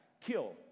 kill